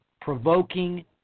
provoking